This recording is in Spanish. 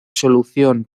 solución